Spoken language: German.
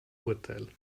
urteil